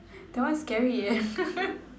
that one scary eh